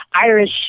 Irish